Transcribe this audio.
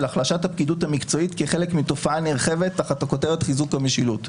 החלשת הפקידות המקצועית כחלק מתופעה נרחבת תחת הכותרת חיזוק המשילות.